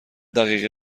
دقیقه